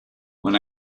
when